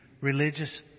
religious